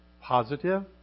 positive